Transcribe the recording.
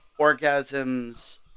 orgasms